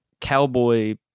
cowboy